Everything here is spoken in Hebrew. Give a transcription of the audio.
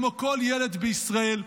כמו כל ילד בישראל,